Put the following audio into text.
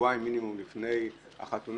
שבועיים מינימום לפני החתונה